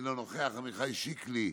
אינו נוכח, עמיחי שיקלי,